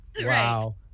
Wow